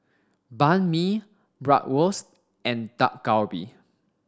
Banh Mi Bratwurst and Dak Galbi